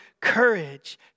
courage